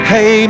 Hey